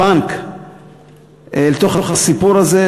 עורך-דין אל הסיפור הזה,